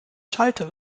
schalter